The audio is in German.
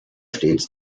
stets